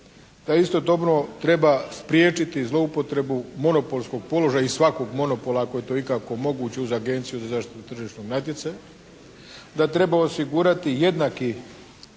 Da istodobno treba spriječiti zlouporabu monopolskog položaja i svakog monopola ako je to ikako moguće uz Agenciju za zaštitu tržišnog natjecanja, da treba osigurati jednaki